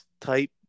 type